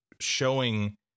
showing